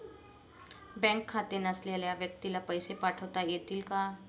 Bank खाते नसलेल्या व्यक्तीला पैसे पाठवता येतील का?